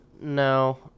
No